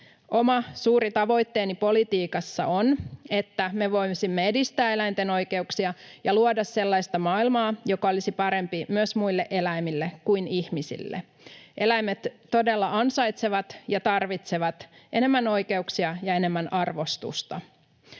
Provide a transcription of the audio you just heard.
Oma suuri tavoitteeni politiikassa on, että me voisimme edistää eläinten oikeuksia ja luoda sellaista maailmaa, joka olisi parempi myös muille eläimille kuin ihmisille. Eläimet todella ansaitsevat ja tarvitsevat enemmän oikeuksia ja enemmän arvostusta.